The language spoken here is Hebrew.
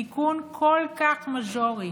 תיקון כל כך מג'ורי,